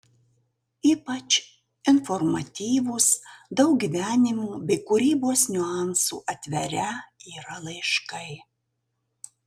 ypač informatyvūs daug gyvenimo bei kūrybos niuansų atverią yra laiškai